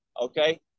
okay